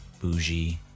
bougie